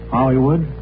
Hollywood